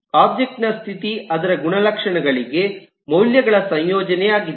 object ನ ಸ್ಥಿತಿ ಅದರ ಗುಣಲಕ್ಷಣಗಳಿಗೆ ಮೌಲ್ಯಗಳ ಸಂಯೋಜನೆಯಾಗಿದೆ